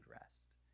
rest